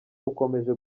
ukomeje